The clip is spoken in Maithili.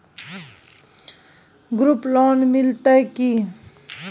ग्रुप लोन मिलतै की?